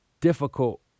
difficult